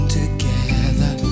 together